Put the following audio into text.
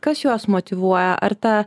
kas juos motyvuoja ar ta